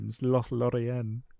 Lothlorien